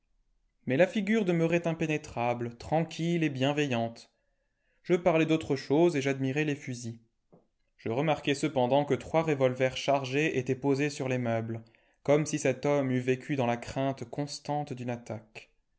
mais la figure demeurait impénétrable tranquille et bienveillante je parlai d'autre chose et j'admirai les fusils je remarquai cependant que trois revolvers chargés étaient posés sur les meubles comme si cet homme eût vécu dans la crainte constante d'une attaque